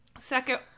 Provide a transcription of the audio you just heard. Second